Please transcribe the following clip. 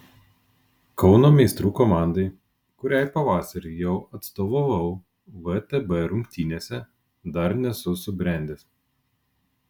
kauno meistrų komandai kuriai pavasarį jau atstovavau vtb rungtynėse dar nesu subrendęs